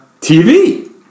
TV